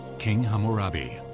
king hammurabi,